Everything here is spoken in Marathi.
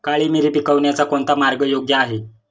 काळी मिरी पिकवण्याचा कोणता मार्ग योग्य आहे?